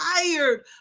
tired